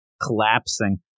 collapsing